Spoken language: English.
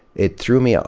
it threw me, ah